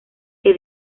que